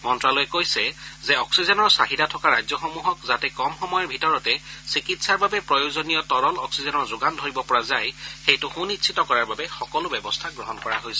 মন্তালয়ে কৈছে যে অক্সিজেনৰ চাহিদা থকা ৰাজ্যসমূহক যাতে কম সময়ৰ ভিতৰতে চিকিৎসাৰ বাবে প্ৰয়োজনীয় তৰল অক্সিজেনৰ যোগান ধৰিব পৰা যায় সেইটো সুনিশ্চিত কৰাৰ বাবে সকলো ব্যৱস্থা গ্ৰহণ কৰা হৈছে